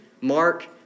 Mark